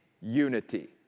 unity